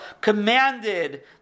commanded